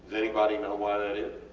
anybody know why that